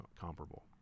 comparable